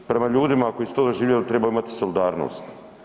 Prema ljudima koji su to doživjeli treba imati solidarnosti.